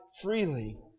freely